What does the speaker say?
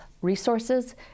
resources